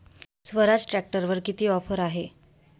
स्वराज ट्रॅक्टरवर किती ऑफर आहे?